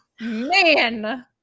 man